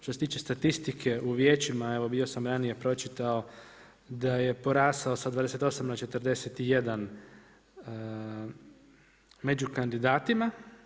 Što se tiče statistike u vijećima, evo bio sam ranije pročitao da je porasao sa 28 na 41 među kandidatima.